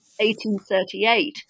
1838